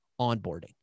onboarding